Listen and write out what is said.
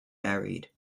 buried